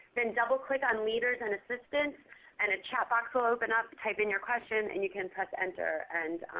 then double-click on leaders and assistance and a chat box will open up. type in your question and you can press enter, and